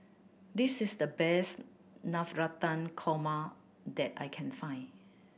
this is the best Navratan Korma that I can find